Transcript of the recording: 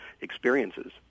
experiences